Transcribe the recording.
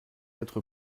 être